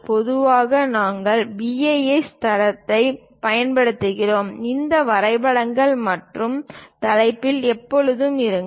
பொதுவாக நாங்கள் BIS தரங்களை பரிந்துரைக்கிறோம் அந்த வரைபடங்கள் மற்றும் தலைப்பில் எப்போதும் இருங்கள்